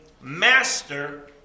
master